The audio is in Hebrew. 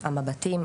המבטים,